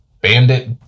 bandit